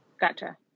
Gotcha